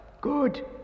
Good